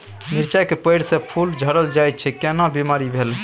मिर्चाय के पेड़ स फूल झरल जाय छै केना बीमारी भेलई?